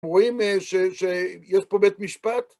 רואים שיש פה בית משפט?